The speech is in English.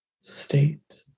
state